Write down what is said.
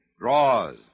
draws